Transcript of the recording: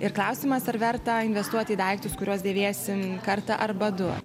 ir klausimas ar verta investuoti į daiktus kuriuos dėvėsim kartą arba du